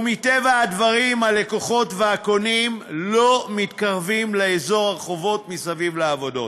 ומטבע הדברים הלקוחות והקונים לא מתקרבים לאזור הרחובות מסביב לעבודות,